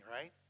right